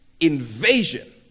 Invasion